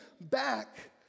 back